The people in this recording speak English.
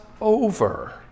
over